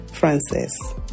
Francis